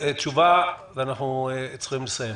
תשובה ואנחנו צריכים לסיים.